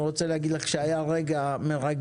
אני רוצה להגיד לך שהיה רגע מרגש